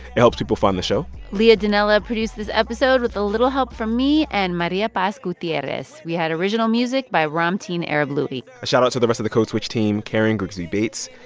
it helps people find the show leah donnella produced this episode with a little help from me and maria paz gutierrez. we had original music by ramtin arablouei a shoutout to the rest of the code switch team karen grigsby bates,